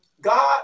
God